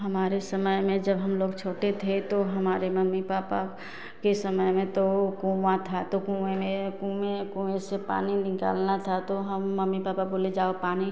हमारे समय में जब हम लोग छोटे थे तो हमारे मम्मी पापा के समय में तो कुआँ था तो कुएँ में कुएँ कुएँ से पानी निकालना था तो हम मम्मी पापा बोले जाओ पानी